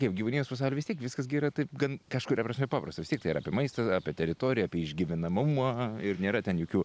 kaip gyvūnijos pasauly vis tiek viskas gi yra taip gan kažkuria prasme paprasta vis tiek tai yra apie maistą apie teritoriją apie išgyvenamumą ir nėra ten jokių